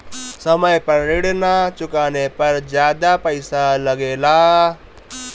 समय पर ऋण ना चुकाने पर ज्यादा पईसा लगेला?